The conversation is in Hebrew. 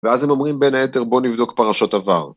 ‫ואז הם אומרים בין היתר, ‫בואו נבדוק פרשות עבר.